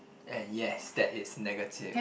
and yes that is negative